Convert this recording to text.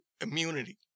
immunity